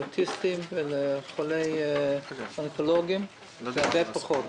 לאוטיסטים ולחולים אונקולוגים זה הרבה פחות.